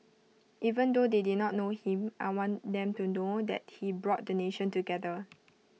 even though they did not know him I want them to know that he brought the nation together